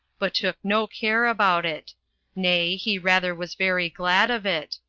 but took no care about it nay, he rather was very glad of it.